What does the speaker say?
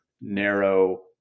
narrow